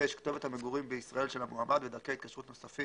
כתובת המגורים בישראל של המועמד ודרכי התקשרות נוספים,